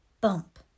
bump